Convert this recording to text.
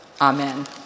Amen